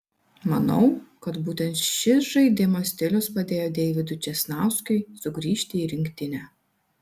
manau kad būtent šis žaidimo stilius padėjo deividui česnauskiui sugrįžti į rinktinę